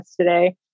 today